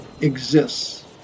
exists